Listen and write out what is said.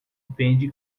vende